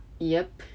yap